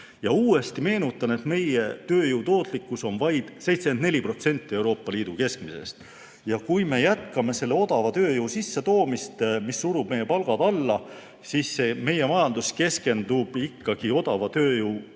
ma uuesti meenutan, et meie tööjõu tootlikkus on vaid 74% Euroopa Liidu keskmisest. Kui me jätkame odava tööjõu sissetoomist, mis surub meie palgad alla, siis meie majandus keskendub ikkagi odavat tööjõudu